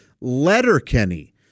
Letterkenny